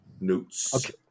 notes